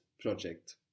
project